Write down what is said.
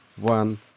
one